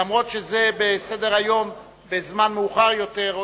אף-על-פי שזה בזמן מאוחר יותר בסדר-היום.